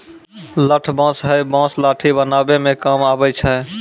लठ बांस हैय बांस लाठी बनावै म काम आबै छै